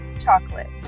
chocolate